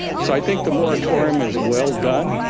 so i think the moratorium is well done.